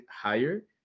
higher